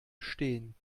stehen